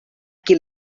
qui